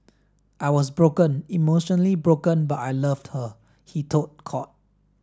I was broken emotionally broken but I loved her he told court